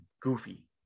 goofy